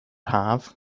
haf